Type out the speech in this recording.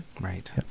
Right